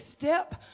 step